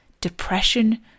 depression